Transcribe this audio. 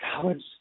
college